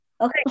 okay